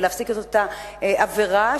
ולהפסיק את אותה עבירה,